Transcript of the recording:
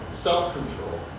Self-control